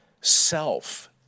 Self